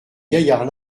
gaillard